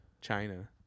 China